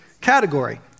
category